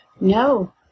No